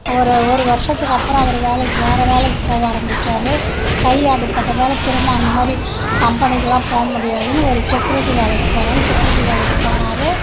ஒரு ஒரு வருஷத்துக்கு அப்புறம் அவர் வேலைக்கு வேற வேலைக்கு போக ஆரம்பித்தாரு கை அடிப்பட்டதால் திரும்ப அந்தமாதிரி கம்பெனிக்கெல்லாம் போகமுடியாதுனு ஒரு செக்குரிட்டி வேலைக்கு போறன்னு செக்குரிட்டி வேலைக்கு போனார்